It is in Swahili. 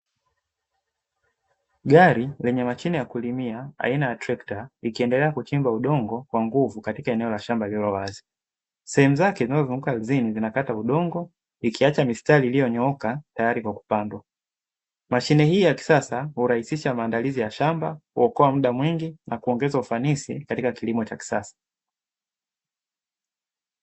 Gari lenye mashine ya kulimia aina ya trekta likiendelea kuchimba udongo kwa nguvu katika eneo la shamba lililowazi, sehemu zake zinazozunguka ardhini zinakata udongo likiacha mistari iliyonyooka tayari kwa kupandwa. Mashine hii ya kisasa hurahisisha maandalizi ya shamba, huokoa muda mwingi na kuongeza ufanisi katika kilimo cha kisasa.